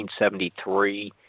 1973